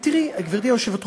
תראי, גברתי היושבת-ראש.